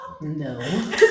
No